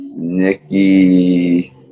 Nikki